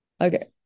Okay